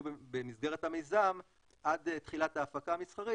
במסגרת המיזם עד תחילת ההפקה המסחרית.